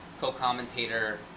co-commentator